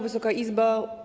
Wysoka Izbo!